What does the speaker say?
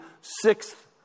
sixth